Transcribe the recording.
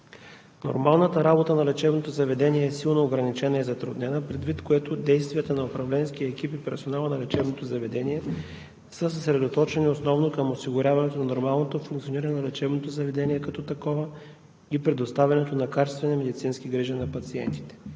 Нормалната работа на лечебното заведение е силно ограничена и затруднена, предвид на което действията на управленския екип и персонала на лечебното заведение са съсредоточени основно към осигуряването на нормалното функциониране на лечебното заведение като такова и предоставянето на качествени медицински грижи на пациентите.